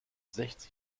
sechzig